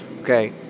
Okay